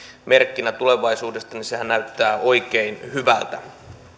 merkkinä tulevaisuudesta niin sehän näyttää oikein hyvältä